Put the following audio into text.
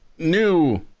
new